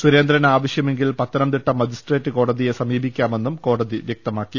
സുരേന്ദ്രന് ആവശൃമെങ്കിൽ പത്തനംതിട്ട മജിസ്ട്രേറ്റ് കോടതിയെ സമീപിക്കാമെന്നും കോടതി വൃക്തമാക്കി